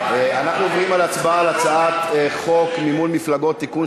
אנחנו עוברים להצבעה על הצעת חוק מימון מפלגות (תיקון,